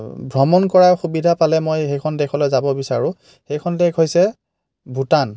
ভ্ৰমণ কৰা সুবিধা পালে মই সেইখন দেশলৈ যাব বিচাৰোঁ সেইখন দেশ হৈছে ভূটান